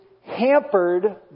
hampered